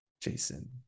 Jason